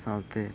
ᱥᱟᱶᱛᱮ